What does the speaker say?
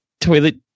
toilet